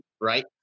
right